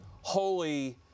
holy